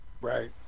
Right